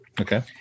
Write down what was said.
Okay